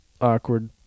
awkward